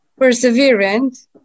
perseverant